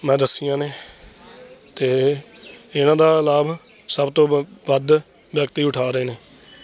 ਮੈਂ ਦੱਸੀਆਂ ਨੇ ਅਤੇ ਇਹਨਾਂ ਦਾ ਲਾਭ ਸਭ ਤੋਂ ਵ ਵੱਧ ਵਿਅਕਤੀ ਉਠਾ ਰਹੇ ਨੇ